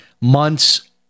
months